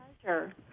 pleasure